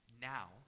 now